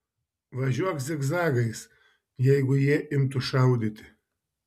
važiuok zigzagais jeigu jie imtų šaudyti